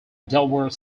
delaware